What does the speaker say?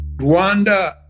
Rwanda